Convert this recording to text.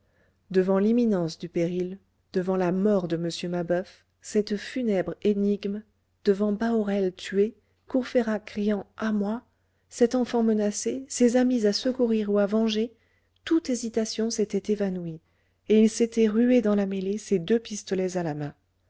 devant l'imminence du péril devant la mort de m mabeuf cette funèbre énigme devant bahorel tué courfeyrac criant à moi cet enfant menacé ses amis à secourir ou à venger toute hésitation s'était évanouie et il s'était rué dans la mêlée ses deux pistolets à la main